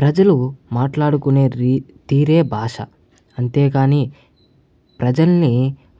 ప్రజలు మాట్లాడుకునే రి తీరే భాష అంతేకాని ప్రజల్ని